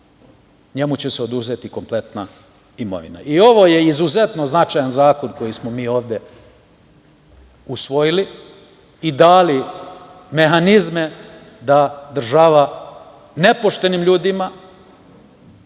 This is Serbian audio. njemu će se oduzeti kompletna imovina. Ovo je izuzetno značajan zakon koji smo mi ovde usvojili i dali mehanizme da država nepoštenim ljudima,